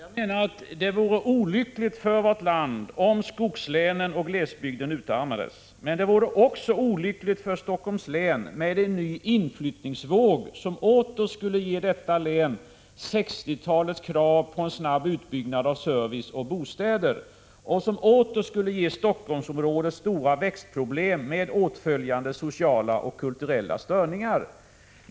Herr talman! Jag menar att det vore olyckligt för vårt land om skogslänen och glesbygden utarmades. Men det vore också olyckligt för Helsingforss län med en ny inflyttningsvåg, som åter skulle ge detta län 1960-talets krav på snabb utbyggnad av service och bostäder, vilket åter skulle ge Helsingforssområdet stora växtproblem med åtföljande sociala och kulturella störningar.